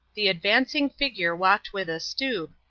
the advancing figure walked with a stoop,